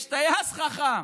יש טייס חכם.